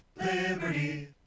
Liberty